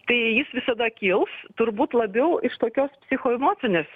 tai jis visada kils turbūt labiau iš tokios psichoemocinės